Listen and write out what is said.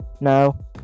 No